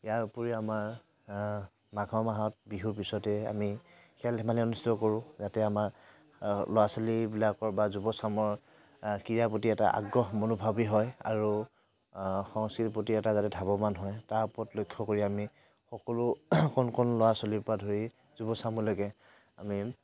ইয়াৰ উপৰি আমাৰ মাঘৰ মাহত বিহুৰ পিছতে আমি খেল ধেমালি অনুস্থিত কৰোঁ যাতে আমাৰ ল'ৰা ছোৱালীবিলাকৰ বা যুৱচামৰ ক্ৰীড়াৰ প্ৰতি এটা আগ্ৰহ মনোভাৱী হয় আৰু সংস্কৃৃতিৰ প্ৰতি এটা যাতে ধাৱমান হয় তাৰ ওপৰত লক্ষ্য কৰি আমি সকলো কণ কণ ল'ৰা ছোৱালীৰ পৰা ধৰি যুৱচামলৈকে আমি